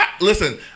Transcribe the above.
listen